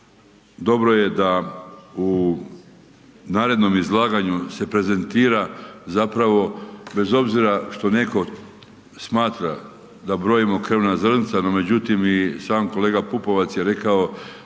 dobro je da u narednom izlaganju se prezentira zapravo, bez obzira što netko smatra da brojimo krvna zrnca, no međutim i sam kolega Pupovac je rekao